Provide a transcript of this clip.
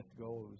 goes